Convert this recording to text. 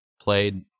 played